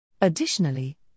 Additionally